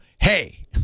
hey